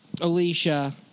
alicia